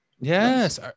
Yes